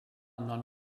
non